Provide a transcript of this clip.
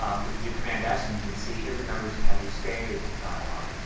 i'm going to do command s and you can see it remembers to have the expanded dialogue.